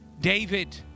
David